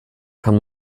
kann